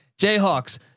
Jayhawks